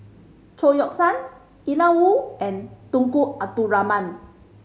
Chao Yoke San Ian Woo and Tunku Abdul Rahman